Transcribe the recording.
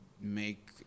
make